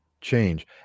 change